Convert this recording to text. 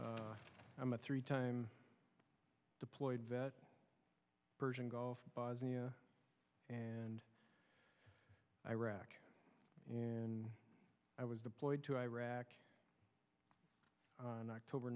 i'm a three time deployed vet persian gulf bosnia and iraq and i was deployed to iraq on october